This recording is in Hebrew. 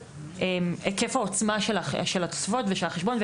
ובהיקף העוצמה של התוספות של החשבון,